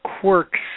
Quirks